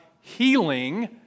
healing